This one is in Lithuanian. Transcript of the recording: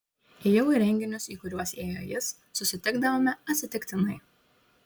ėjau į renginius į kuriuos ėjo jis susitikdavome atsitiktinai